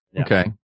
Okay